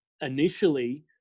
initially